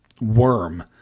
worm